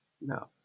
No